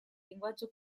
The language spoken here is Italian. linguaggio